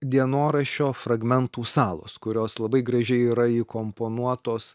dienoraščio fragmentų salos kurios labai gražiai yra įkomponuotos